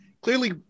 clearly